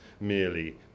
merely